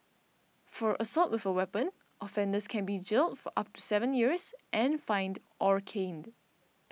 for assault with a weapon offenders can be jailed for up to seven years and fined or caned